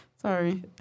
Sorry